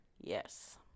Yes